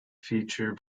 feature